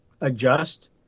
adjust